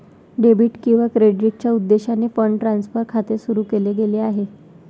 debit किंवा क्रेडिटच्या उद्देशाने फंड ट्रान्सफर खाते सुरू केले गेले आहे